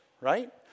right